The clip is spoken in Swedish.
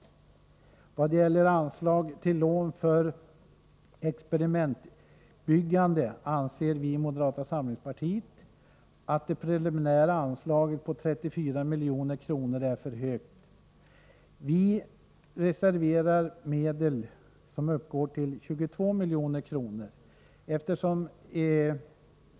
I vad gäller anslag till lån för experimentbyggande anser vi i moderata samlingspartiet att det preliminära anslaget om 34 milj.kr. är för högt.